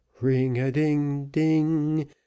ring-a-ding-ding